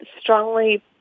strongly